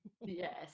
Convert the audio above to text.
yes